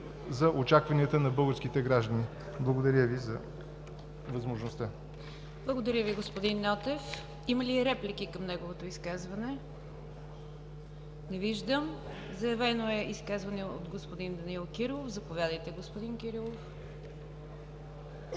за очакванията на българските граждани. Благодаря Ви за възможността. ПРЕДСЕДАТЕЛ НИГЯР ДЖАФЕР: Благодаря Ви, господин Нотев. Има ли реплики към неговото изказване? Не виждам. Заявено е изказване от господин Данаил Кирилов. Заповядайте, господин Кирилов.